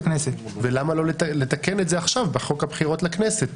ולמה לא לתקן את זה עכשיו בחוק הבחירות לכנסת?